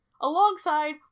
Alongside